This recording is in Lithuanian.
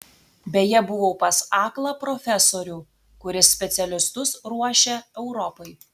beje buvau pas aklą profesorių kuris specialistus ruošia europai